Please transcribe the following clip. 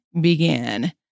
began